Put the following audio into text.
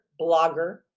blogger